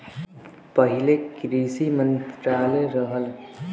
पहिले कृषि मंत्रालय रहल